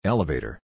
Elevator